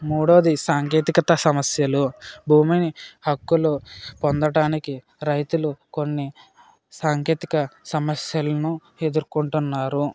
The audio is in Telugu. మూడవది సాంకేతికత సమస్యలు భూమిని హక్కులు పొందటానికి రైతులు కొన్ని సాంకేతిక సమస్యలని ఎదుర్కొంటున్నారు